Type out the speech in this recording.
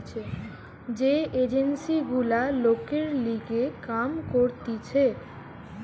যে এজেন্সি গুলা লোকের লিগে কাম করতিছে